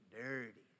dirty